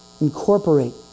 incorporate